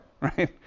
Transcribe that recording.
right